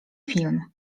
film